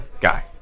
guy